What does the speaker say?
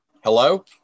hello